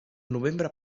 novembre